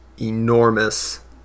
enormous